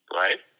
right